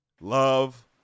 love